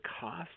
cost